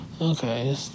okay